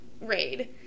raid